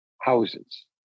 houses